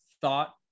thought